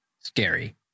scary